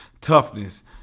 toughness